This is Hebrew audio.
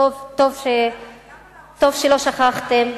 טוב שלא שכחתם,